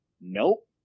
nope